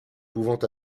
pouvant